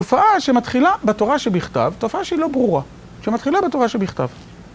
תופעה שמתחילה בתורה שבכתב, תופעה שהיא לא ברורה, שמתחילה בתורה שבכתב.